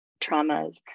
traumas